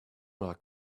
like